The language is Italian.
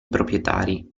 proprietari